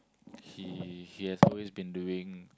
he he has always been doing